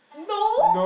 no